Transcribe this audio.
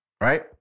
Right